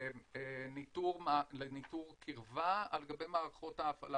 לניטור קירבה על גבי מערכות ההפעלה